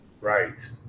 Right